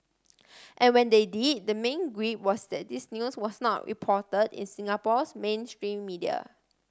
and when they did the main gripe was that this news was not report in Singapore's mainstream media